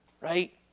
right